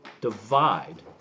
divide